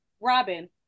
Robin